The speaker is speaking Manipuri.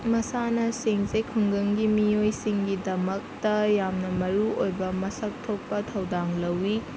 ꯃꯁꯥꯟꯅꯁꯤꯡꯁꯦ ꯈꯨꯡꯒꯪꯒꯤ ꯃꯤꯑꯣꯏꯁꯤꯡꯒꯤꯗꯃꯛꯇ ꯌꯥꯝꯅ ꯃꯔꯨ ꯑꯣꯏꯕ ꯃꯁꯪ ꯊꯣꯛꯄ ꯊꯧꯗꯥꯡ ꯂꯧꯋꯤ